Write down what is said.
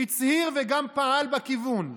הצהיר וגם פעל בכיוון.